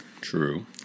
True